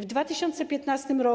W 2015 r.